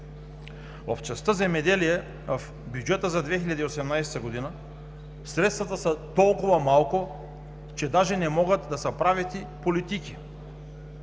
В частта „Земеделие“ в бюджета за 2018 г. средствата са толкова малко, че даже не могат да се правят и политики.